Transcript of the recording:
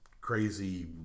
crazy